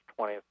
20th